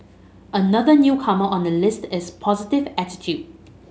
another newcomer on the list is positive attitude